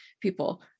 people